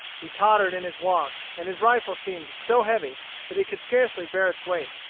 he tottered in his walk, and his rifle seemed so heavy that he could scarcely bear its weight.